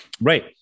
Right